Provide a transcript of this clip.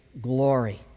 glory